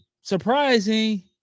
surprising